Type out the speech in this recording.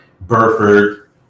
Burford